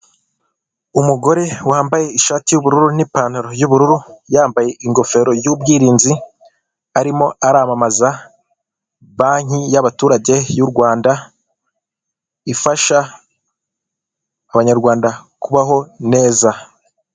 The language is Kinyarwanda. Umugore wambaye ishati y'ubururu, n'ipantaro y'ubururu, yambaye ingofero y'ubwirinzi arimo aramamaza banki y'abaturage y'u Rwanda ifasha abanyarwanda kubaho neza.